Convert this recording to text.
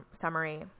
summary